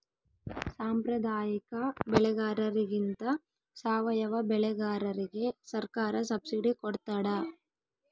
ಸಾಂಪ್ರದಾಯಿಕ ಬೆಳೆಗಾರರಿಗಿಂತ ಸಾವಯವ ಬೆಳೆಗಾರರಿಗೆ ಸರ್ಕಾರ ಸಬ್ಸಿಡಿ ಕೊಡ್ತಡ